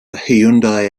hyundai